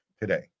today